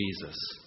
Jesus